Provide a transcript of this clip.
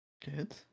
Good